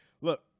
Look